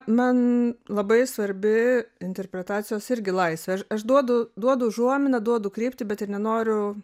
man labai svarbi interpretacijos irgi laisvė aš aš duodu duodu užuominą duodu kryptį bet ir nenoriu